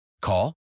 Call